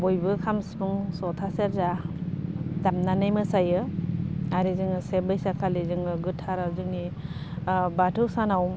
बयबो खाम सिफुं जथा सेरजा दामनानै मोसायो आरो जोङो से बैसाग खालि जोङो गोथार जोंनि बाथौ सानाव